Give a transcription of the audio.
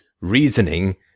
reasoning